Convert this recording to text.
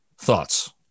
Thoughts